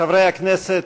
חברי הכנסת,